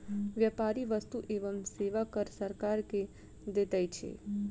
व्यापारी वस्तु एवं सेवा कर सरकार के दैत अछि